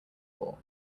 ball